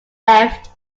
left